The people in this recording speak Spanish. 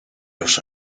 los